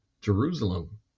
Jerusalem